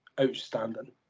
outstanding